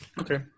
Okay